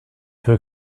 too